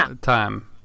time